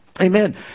Amen